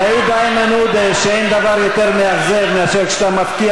יעיד איימן עודה שאין דבר יותר מאכזב מאשר כשאתה מבקיע